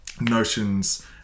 notions